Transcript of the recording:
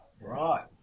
Right